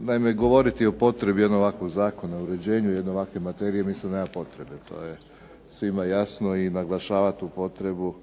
naime govoriti o potrebi jednog ovakvog zakona, o uređenju jedne ovakve materije mislim da nema potrebe. To je svima jasno i naglašavat tu potrebu,